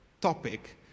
topic